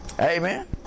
Amen